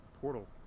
portal